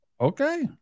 Okay